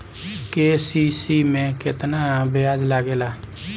KCC में केतना ब्याज लगेला?